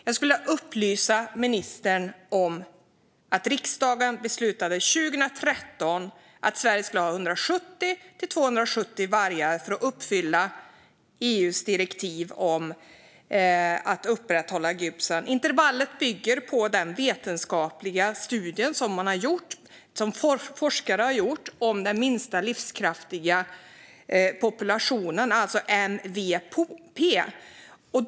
Jag skulle vilja upplysa ministern om att riksdagen år 2013 beslutade att Sverige skulle ha 170-270 vargar för att uppfylla EU:s direktiv om att upprätthålla GYBS. Intervallet bygger på den vetenskapliga studie som forskare har gjort om den minsta livskraftiga populationen, MVP.